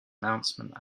announcement